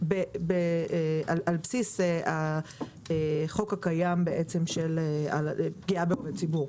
על בסיס החוק הקיים בעניין פגיעה בעובד ציבור,